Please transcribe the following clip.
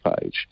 page